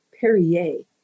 Perrier